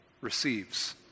Receives